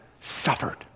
suffered